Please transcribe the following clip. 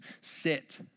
sit